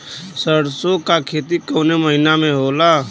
सरसों का खेती कवने महीना में होला?